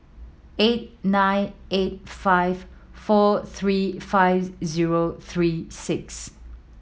eight nine eight five four three five zero three six